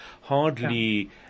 hardly